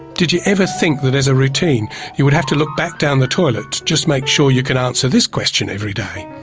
did you ever think that as a routine you would have to look back down the toilet just to make sure you can answer this question every day?